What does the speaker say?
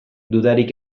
dudarik